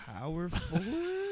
Powerful